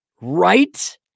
Right